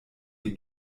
ihr